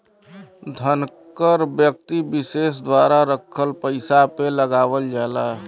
धन कर व्यक्ति विसेस द्वारा रखल पइसा पे लगावल जाला